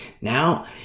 Now